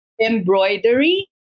embroidery